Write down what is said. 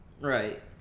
right